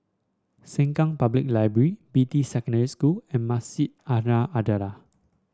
Sengkang Public Library Beatty Secondary School and Masjid An Nahdhah